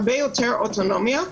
הרבה יותר אוטונומיה,